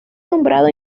nombrado